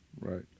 Right